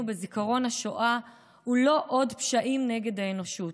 בזיכרון השואה הוא לא עוד פשעים נגד האנושות,